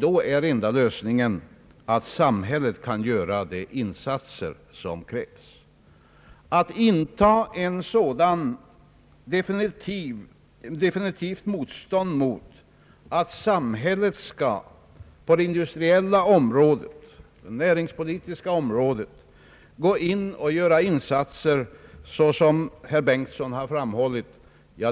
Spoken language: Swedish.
Då är den enda lösningen att samhället gör de insatser som krävs. Att som herr Bengtson vara en så definitiv motståndare till att samhället på det industriella eller andra näringspolitiska områden skall rycka in och göra insatser,